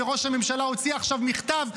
וראש הממשלה הוציא עכשיו מכתב,